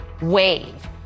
wave